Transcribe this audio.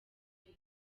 wese